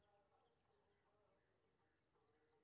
Online खाता खोले के लेल कोन कोन पेपर चाही?